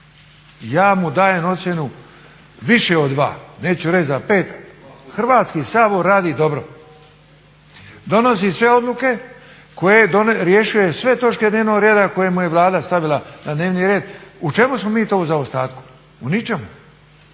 Ja mu dajem ocjenu više od 2, neću reći za 5. Hrvatski sabor radi dobo, donosi sve odluke, riješio je sve točke dnevnog reda koje mu je Vlada stavila na dnevni red. U čemu smo mi to u zaostatku? U ničemu.